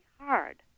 hard